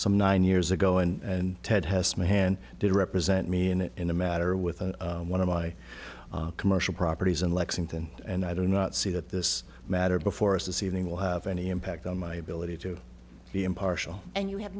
some nine years ago and ted has my hand did represent me and in the matter with one of my commercial properties in lexington and i do not see that this matter before us this evening will have any impact on my ability to be impartial and you have